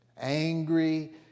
Angry